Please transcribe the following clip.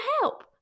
help